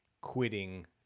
quitting